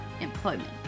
employment